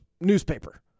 newspaper